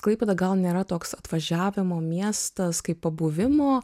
klaipėda gal nėra toks atvažiavimo miestas kaip pabuvimo